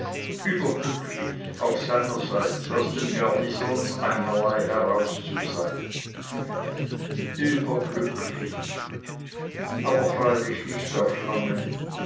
überglücklich auch seinerseits aus dem garnisons einerlei heraus zu sein überglücklich aber freilich nicht auf lange